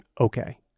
Okay